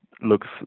looks